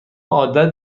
عادت